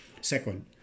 Second